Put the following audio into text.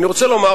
אני רוצה לומר,